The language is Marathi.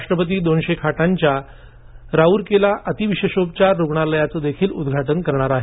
राष्ट्रपती दोनशे खटांच्या राउरकेला अति विशेषोपचार रुग्णालयाचं देखील उद्घाटन करणार आहेत